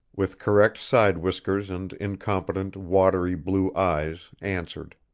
with correct side whiskers and incompetent, watery blue eyes, answered.